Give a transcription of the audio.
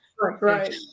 Right